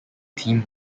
team